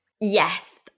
Yes